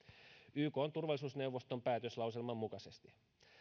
ykn turvallisuusneuvoston päätöslauselman mukaisesti